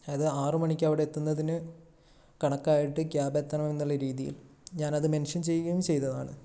അതായത് ആറ് മണിക്ക് അവിടെ എത്തുന്നതിന് കണക്കായിട്ട് ക്യാബ് എത്തണം എന്നുള്ള രീതിയിൽ ഞാനത് മെൻഷൻ ചെയ്യുകയും ചെയ്തതാണ്